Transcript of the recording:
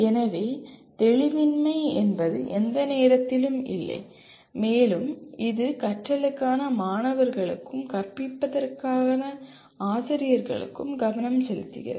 எனவே தெளிவின்மை என்பது எந்த நேரத்திலும் இல்லை மேலும் இது கற்றலுக்கான மாணவர்களுக்கும் கற்பிப்பதற்கான ஆசிரியர்களுக்கும் கவனம் செலுத்துகிறது